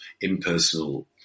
impersonal